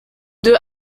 deux